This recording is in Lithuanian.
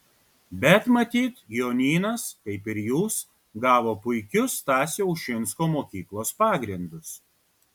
bet matyt jonynas kaip ir jūs gavo puikius stasio ušinsko mokyklos pagrindus